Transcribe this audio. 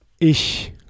Ich